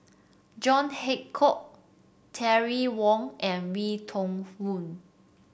John Hitchcock Terry Wong and Wee Toon